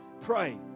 Pray